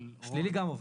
שלילי גם עובר,